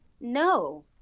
no